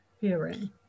hearing